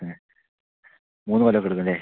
ആ മൂന്ന് കൊല്ലമൊക്കെ എടുക്കും അല്ലെ